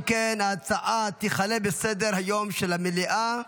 אם כן, ההצעה תיכלל בסדר-היום של המליאה.